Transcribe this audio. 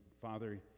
father